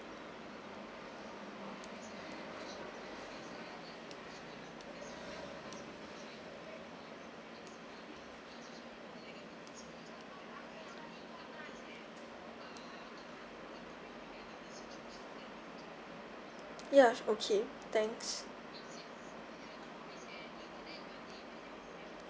ya okay thanks